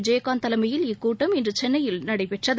விஜயகாந்த் தலைமயில் இக்கூட்டம் இன்று சென்னையில் நடைபெற்றது